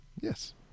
Yes